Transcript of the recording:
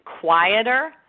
quieter